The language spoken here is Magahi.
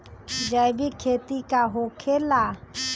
जैविक खेती का होखे ला?